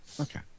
Okay